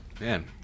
Man